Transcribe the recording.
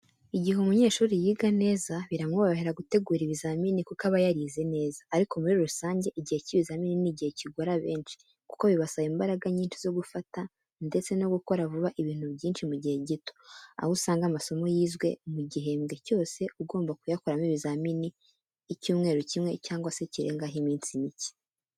Igihe umunyeshuri yiga neza biramworohera gutegura ibizamini kuko aba yarize neza, ariko muri rusange igihe cy'ibizamini ni igihe kigora benshi kuko bibasaba imbaraga nyinshi zo gufata ndetse no gukora vuba ibintu byinshi mu gihe gito, aho usanga amasomo yizwe mu gihembwe cyose ugomba kuyakoramo ibizamini icyumweru kimwe cyangwa se kirengaho iminsi mike.